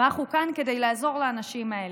ואנחנו כאן כדי לעזור לאנשים האלה.